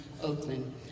Oakland